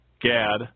Gad